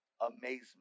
amazement